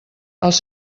els